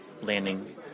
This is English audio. landing